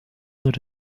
that